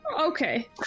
Okay